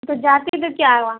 تو جاتے تو کیا ہوا